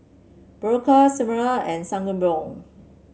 Berocca Cetrimide and Sangobion